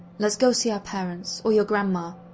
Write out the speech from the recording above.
let's go see our parents, or your grandma.